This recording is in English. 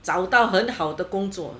找到很好的工作